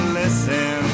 listen